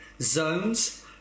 zones